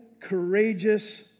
courageous